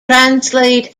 translate